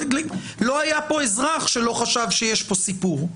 לא היה פה אזרח שלא חשב שיש פה סיפור,